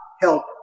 help